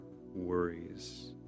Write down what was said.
worries